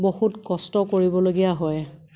বহুত কষ্ট কৰিবলগীয়া হয়